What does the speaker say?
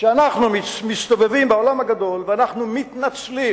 כשאנחנו מסתובבים בעולם הגדול ואנחנו מתנצלים